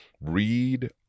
Read